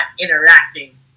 interacting